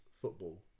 football